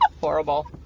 horrible